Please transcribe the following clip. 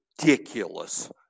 ridiculous